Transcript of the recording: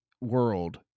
world